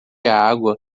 água